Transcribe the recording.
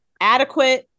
adequate